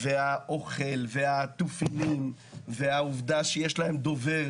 והאוכל והטופינים והעובדה שיש להם דובר